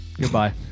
Goodbye